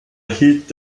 erhielt